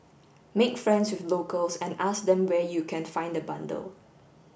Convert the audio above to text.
make friends with locals and ask them where you can find a bundle